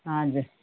हजुर